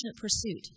pursuit